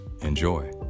enjoy